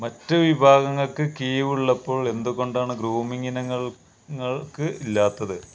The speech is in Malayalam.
മറ്റ് വിഭാഗങ്ങൾക്ക് കിഴിവ് ഉള്ളപ്പോൾ എന്തുകൊണ്ടാണ് ഗ്രൂമിംഗ് ഇനങ്ങൾക്ക് ഇല്ലാത്തത്